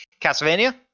Castlevania